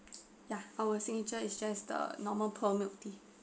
ya our signature is just the normal pearl milk tea